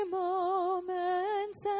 moments